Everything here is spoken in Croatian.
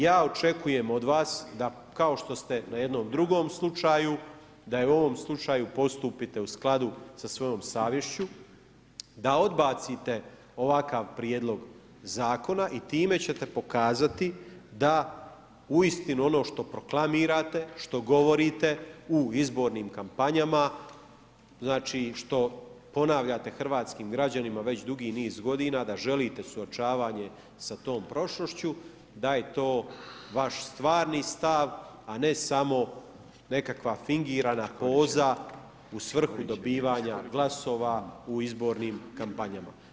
Ja očekujem od vas da kao što ste na jednom drugom slučaju, da i u ovom slučaju postupite u skladu sa svojom savješću, da odbacite ovakav Prijedlog Zakona i time ćete pokazati da uistinu ono što proklamirate, što govorite u izbornim kampanjama, znači što ponavljate hrvatskim građanima već dugi niz godina da želite suočavanje sa tom prošlošću, da je to vaš stvarni stav, a ne samo nekakva fingirana poza u svrhu dobivanja glasova u izbornim kampanjama.